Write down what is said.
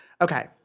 Okay